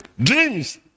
dreams